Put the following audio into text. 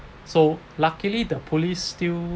so luckily the police still